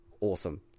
awesome